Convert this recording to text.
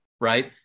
right